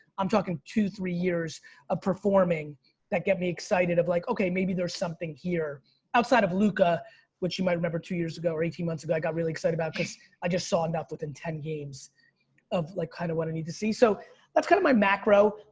i'm talking two, three years of performing that get me excited of like, okay maybe there's something here outside of lucca which you might remember two years ago or eighteen months ago. i got really excited about cause i just saw enough within ten games of like, kinda kind of what i need to see. so that's kind of my macro,